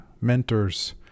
mentors